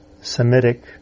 Semitic